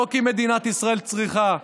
לא כי מדינת ישראל צריכה,